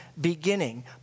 beginning